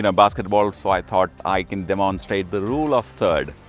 and basketball so i thought i can demonstrate the rule of third.